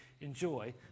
enjoy